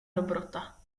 dobrota